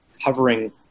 hovering